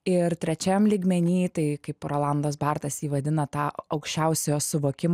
ir trečiam lygmenyje tai kaip rolandas bartas jį vadina tą aukščiausio suvokimo